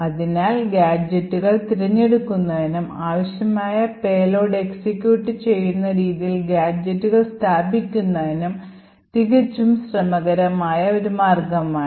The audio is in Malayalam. അതിനാൽ ഗാഡ്ജെറ്റുകൾ തിരഞ്ഞെടുക്കുന്നതിനും ആവശ്യമായ പേലോഡ് എക്സിക്യൂട്ട് ചെയ്യുന്ന രീതിയിൽ ഗാഡ്ജെറ്റുകൾ സ്ഥാപിക്കുന്നതും തികച്ചും ശ്രമകരമായ ഒരു മാർഗ്ഗമാണ